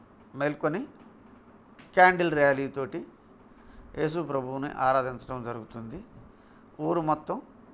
మేల్కొని క్యాండిల్ ర్యాలీతోటి ఏసు ప్రభువుని ఆరాధించడం జరుగుతుంది ఊరు మొత్తం